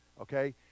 Okay